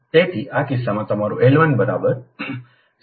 તેથી આ કિસ્સામાં તમારું L 1 બરાબર 0